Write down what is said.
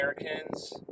Americans